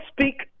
speak